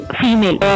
female